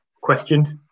questioned